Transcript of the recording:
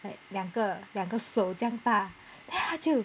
like 两个两个手这样大它就